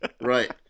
Right